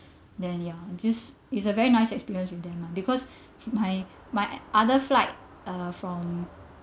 then ya this is a very nice experience then lah because my my other flight uh from